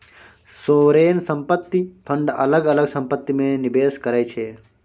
sovereign संपत्ति fund अलग अलग संपत्ति मे निबेस करै छै